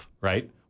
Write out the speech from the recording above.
right